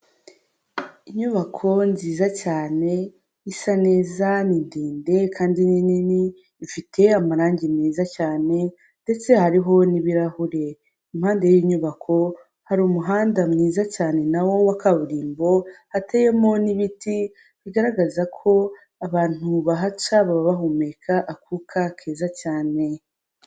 Inyubako nziza cyane isa neza ni ndende kandi ni nini, ifite amarangi meza cyane ndetse hariho n'ibirahure. Impande y'iyi nyubako hari umuhanda mwiza cyane nawo wa kaburimbo, hateyemo n'ibiti bigaragaza ko abantu bahaca baba bahumeka akuka keza cyane.